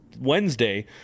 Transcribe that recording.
wednesday